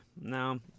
no